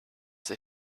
they